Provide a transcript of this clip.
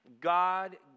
God